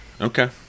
Okay